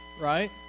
right